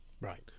right